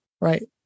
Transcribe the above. right